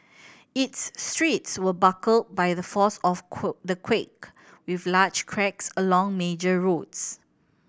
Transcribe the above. its streets were buckled by the force of the quake with large cracks along major roads